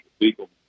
legal